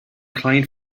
client